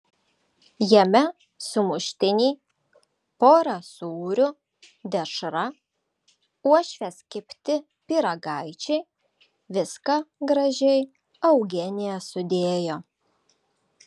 jame sumuštiniai pora sūrių dešra uošvės kepti pyragaičiai viską gražiai eugenija sudėjo